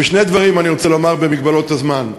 שני דברים אני רוצה לומר במגבלות הזמן: